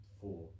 four